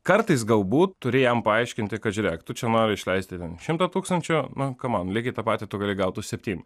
kartais galbūt turi jam paaiškinti kad žiūrėk tu čia nori išleisti ten šimtą tūkstančių nu kamon lygiai tą patį tu gali gauti už septym